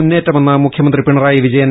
മുന്നേറ്റമെന്ന് മുഖ്യമന്ത്രി പിണറായി വിജയൻ